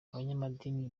abanyamadini